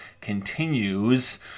continues